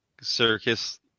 circus